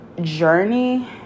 journey